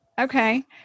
Okay